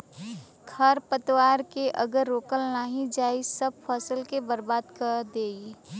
खरपतवार के अगर रोकल नाही जाई सब फसल के बर्बाद कर देई